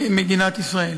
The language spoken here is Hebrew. ממדינת ישראל.